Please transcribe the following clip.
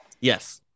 Yes